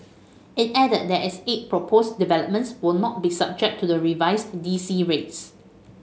it added that its eight proposed developments will not be subject to the revised D C rates